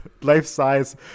life-size